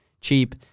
Cheap